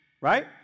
Right